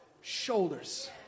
shoulders